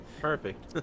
Perfect